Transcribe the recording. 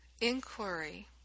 inquiry